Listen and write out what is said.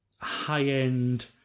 high-end